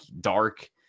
dark